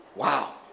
Wow